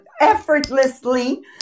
effortlessly